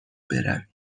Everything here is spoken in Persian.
بروی